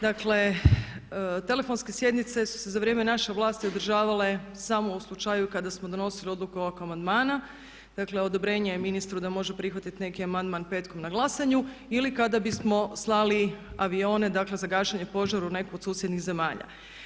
Dakle, telefonske sjednice su se za vrijeme naše vlasti održavale samo u slučaju kada smo donosili odluke oko amandmana, dakle odobrenje ministru da može prihvatiti neki amandman petkom na glasanju ili kada bismo slali avione za gašenje požara u neku od susjednih zemalja.